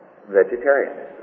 vegetarianism